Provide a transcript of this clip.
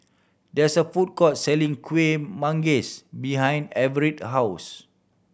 there is a food court selling Kueh Manggis behind Everette house